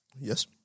Yes